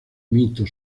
mito